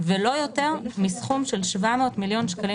ולא יותר מסכום של 700 מיליון שקלים